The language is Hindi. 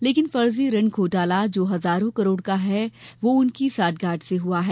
लेकिन फर्जी ऋण घोटाला जो हजारों करोड़ का है वो उनकी साठगांठ से हुआ है